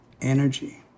energy